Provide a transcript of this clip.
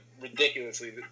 ridiculously